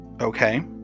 Okay